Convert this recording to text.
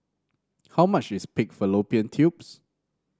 how much is Pig Fallopian Tubes